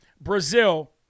Brazil